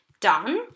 done